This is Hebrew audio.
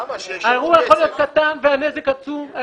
האירוע יכול להיות קטן והנזק עצום.